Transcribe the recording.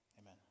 Amen